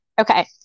Okay